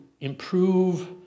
improve